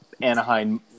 Anaheim